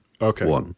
Okay